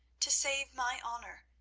to save my honour,